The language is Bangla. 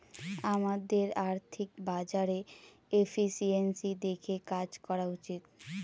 আমাদের আর্থিক বাজারে এফিসিয়েন্সি দেখে কাজ করা উচিত